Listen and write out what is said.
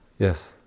Yes